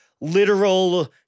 literal